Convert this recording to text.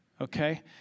okay